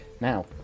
Now